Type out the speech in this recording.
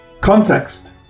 Context –